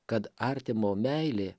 kad artimo meilė